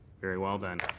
very well then.